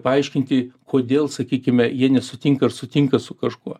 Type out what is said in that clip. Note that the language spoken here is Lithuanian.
paaiškinti kodėl sakykime jie nesutinka ar sutinka su kažkuo